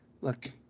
look